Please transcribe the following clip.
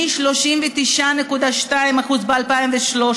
מ-39.2% ב-2013,